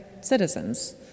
citizens